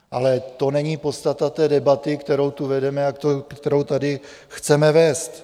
Ale to není podstata debaty, kterou tu vedeme a kterou tady chceme vést.